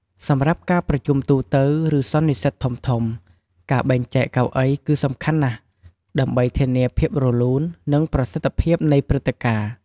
សម្រាប់ការប្រជុំទូទៅ ឬសន្និសីទធំៗ ការបែងចែកកៅអីគឺសំខាន់ណាស់ ដើម្បីធានាភាពរលូន និងប្រសិទ្ធភាពនៃព្រឹត្តិការណ៍។